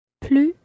Plus